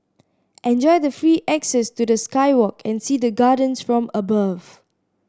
enjoy the free access to the sky walk and see the gardens from above